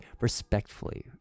respectfully